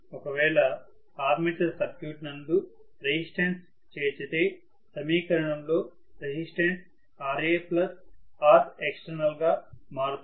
ఒకవేళ armature circuit నందు resistance చేర్చితే సమీకరణంలో రెసిస్టన్స్ RaRextగా మారుతుంది